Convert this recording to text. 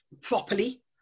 properly